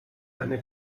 eine